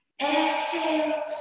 Exhale